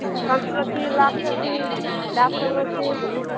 ସନ୍ତୁର୍ ଅଛି ଲକ୍ସ ଅଛି ସାବୁନ୍ ଅଛି